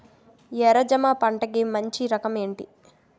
ఎర్ర జమ పంట కి మంచి రకం ఏంటి?